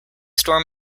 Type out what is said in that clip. store